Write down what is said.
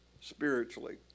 spiritually